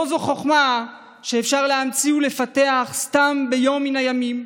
זו לא חוכמה שאפשר להמציא ולפתח סתם ביום מן הימים.